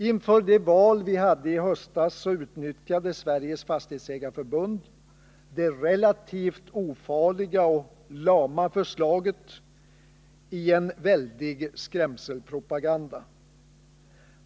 Inför det val vi hade i höstas utnyttjade Sveriges Fastighetsägareförbund det relativt ofarliga och lama förslaget i en väldig skrämselpropaganda.